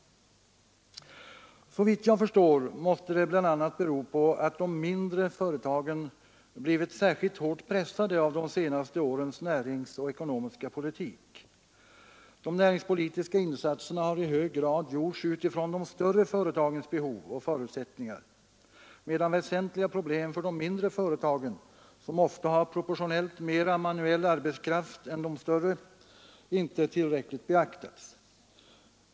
Såvitt jag förstår måste det bl.a. bero på att de mindre företagen blivit särskilt hårt pressade av de senaste årens näringspolitik och ekonomiska politik. De näringspolitiska insatserna har i hög grad gjorts utifrån de större företagens behov och förutsättningar, medan väsentliga problem för de mindre företagen, som ofta har proportionellt mera manuell arbetskraft än de större, inte tillräckligt beaktats.